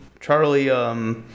Charlie